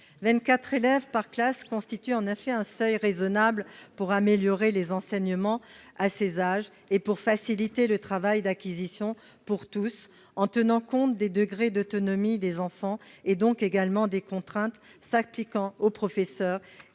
24 élèves par classe, cela représente un seuil raisonnable pour améliorer les enseignements à ces âges et faciliter le travail d'acquisition pour tous, en tenant compte des divers degrés d'autonomie des enfants, et donc des contraintes s'imposant aux professeurs